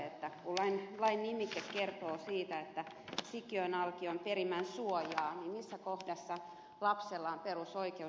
kun lain nimike kertoo siitä että sikiön alkion ja perimän suoja niin missä kohdassa lapsella on perusoikeus